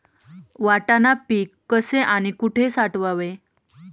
वाटाणा पीक कसे आणि कुठे साठवावे?